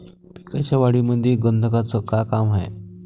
पिकाच्या वाढीमंदी गंधकाचं का काम हाये?